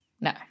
No